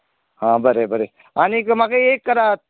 हां बरें बरें आनीक म्हाका एक करात